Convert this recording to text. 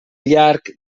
llarg